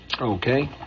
okay